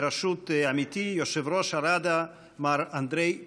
בראשות עמיתי יושב-ראש הראדה מר אנדריי פארובי,